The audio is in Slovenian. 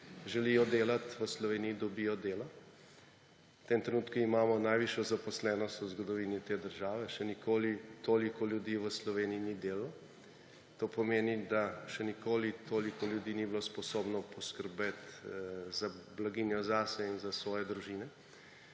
želijo delati, v Sloveniji dobijo delo. V tem trenutku imamo najvišjo zaposlenost v zgodovini te države. Še nikoli toliko ljudi v Sloveniji ni delalo. To pomeni, da še nikoli toliko ljudi ni bilo sposobno poskrbeti za blaginjo zase in za svoje družine.